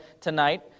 tonight